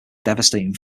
devastating